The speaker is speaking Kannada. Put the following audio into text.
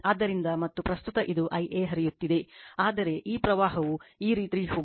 ಆದ್ದರಿಂದ ಮತ್ತು ಪ್ರಸ್ತುತ ಇದು Ia ಹರಿಯುತ್ತಿದೆ ಆದರೆ ಈ ಪ್ರವಾಹವು ಈ ರೀತಿ ಹೋಗುತ್ತಿದೆ